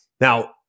Now